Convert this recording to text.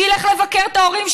שילך לבקר את ההורים,